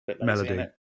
melody